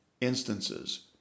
instances